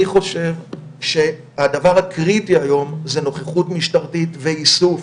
אני חושב שהדבר הקריטי היום זה נוכחות משטרתית ואיסוף.